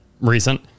recent